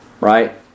Right